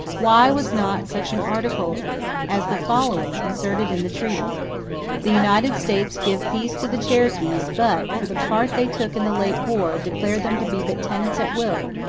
why was not such an article as the following inserted in the treaty the united states give peace to the cherokees, but, for the part they took in the late war, declare them to be but tenants at will,